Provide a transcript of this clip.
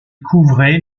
couvrait